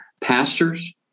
pastors